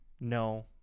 no